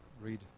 read